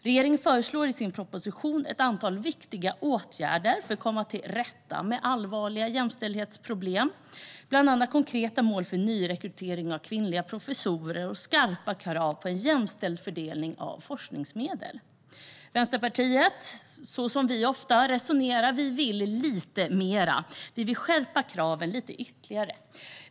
Regeringen föreslår i sin proposition ett antal viktiga åtgärder för att komma till rätta med allvarliga jämställdhetsproblem, bland annat konkreta mål för nyrekryteringen av kvinnliga professorer och skarpa krav på en jämställd fördelning av forskningsmedel. Vänsterpartiet, så som vi ofta resonerar, vill lite mer. Vi vill skärpa kraven ytterligare.